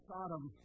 Sodom